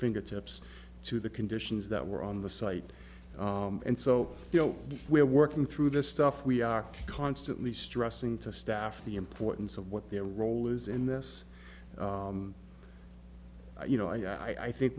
fingertips to the conditions that were on the site and so you know we're working through this stuff we are constantly stressing to staff the importance of what their role is in this you know i think